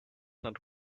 not